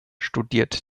studierte